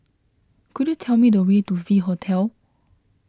could you tell me the way to V Hotel